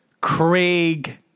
Craig